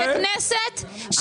בכנסת,